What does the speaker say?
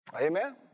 Amen